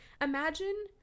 imagine